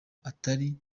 atari